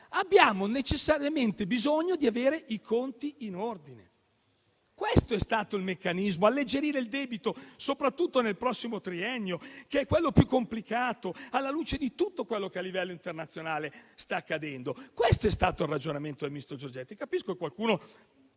abbiamo necessariamente bisogno di avere i conti in ordine. Questo è stato il meccanismo: alleggerire il debito, soprattutto nel prossimo triennio, che è quello più complicato alla luce di tutto quanto a livello internazionale sta accadendo. Questo è stato il ragionamento del ministro Giorgetti. Capisco che qualcuno